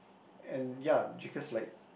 and ya because like